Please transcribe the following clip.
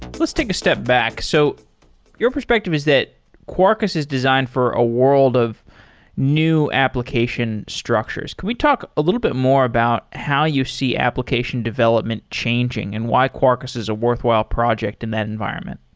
let's take a step back. so your perspective is that quarkus is designed for a world of new application structures. could we talk a little bit more about how you see application development changing and why quarkus is a worthwhile project in that environment?